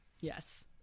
Yes